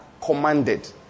commanded